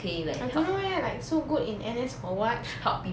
I don't know eh like so good in N_S for what